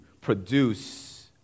produce